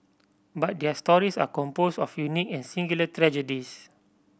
but their stories are composed of unique and singular tragedies